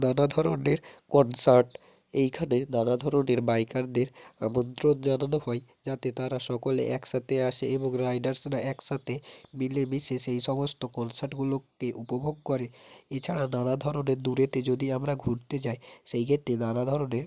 নানা ধরনের কনসার্ট এইখানে নানা ধরনের বাইকারদের আমন্ত্রণ জানানো হয় যাতে তারা সকলে একসাথে আসে এবং রাইডার্সরা একসাথে মিলে মিশে সেই সমস্ত কনসার্টগুলোকে উপভোগ করে এছাড়া নানা ধরনের দূরেতে যদি আমরা ঘুরতে যাই সেই ক্ষেত্রে নানা ধরনের